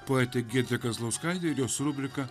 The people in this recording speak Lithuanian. poetė giedrė kazlauskaitė ir jos rubrika